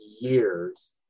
years